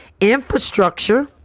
infrastructure